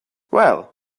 well